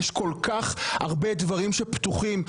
יש כל כך הרבה דברים פתוחים,